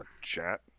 chat